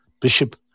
bishop